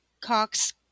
Cox